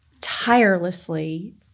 tirelessly